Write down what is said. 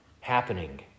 happening